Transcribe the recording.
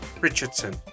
Richardson